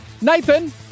Nathan